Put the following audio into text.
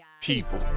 people